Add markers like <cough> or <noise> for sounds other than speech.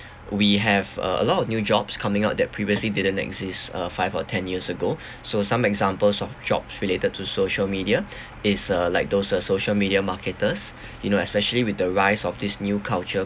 we have uh a lot of new jobs coming out that previously didn't exist uh five or ten years ago <breath> so some examples of jobs related to social media <breath> is uh like those uh social media marketers you know especially with the rise of this new culture